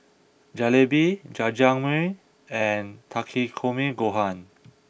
Jalebi Jajangmyeon and Takikomi gohan